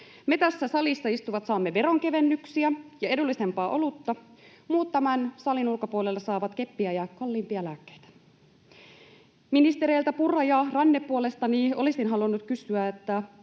Me tässä salissa istuvat saamme veronkevennyksiä ja edullisempaa olutta, muut tämän salin ulkopuolella saavat keppiä ja kalliimpia lääkkeitä. Ministereiltä Purra ja Ranne puolestani olisin halunnut kysyä: